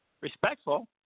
Respectful